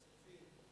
הכספים,